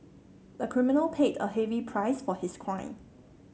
the criminal paid a heavy price for his crime